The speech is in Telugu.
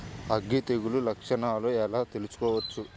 అగ్గి తెగులు లక్షణాలను ఎలా తెలుసుకోవచ్చు?